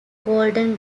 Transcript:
golden